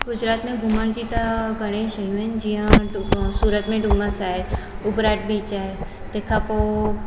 गुजरात में घुमण जी त घणेई शयूं आहिनि जीअं सूरत में डुमस आहे उभराट बीच आहे तंहिं खां पोइ